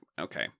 okay